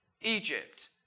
Egypt